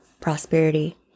prosperity